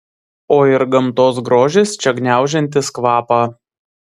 o ir gamtos grožis čia gniaužiantis kvapą